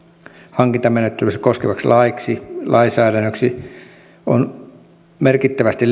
hankintamenettelyjä koskevaksi lainsäädännöksi on merkittävästi